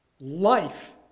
Life